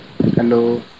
Hello